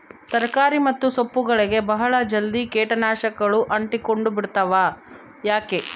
ತರಕಾರಿ ಮತ್ತು ಸೊಪ್ಪುಗಳಗೆ ಬಹಳ ಜಲ್ದಿ ಕೇಟ ನಾಶಕಗಳು ಅಂಟಿಕೊಂಡ ಬಿಡ್ತವಾ ಯಾಕೆ?